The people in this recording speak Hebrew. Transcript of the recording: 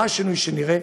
מה השינוי שנראה?